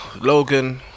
Logan